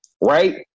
right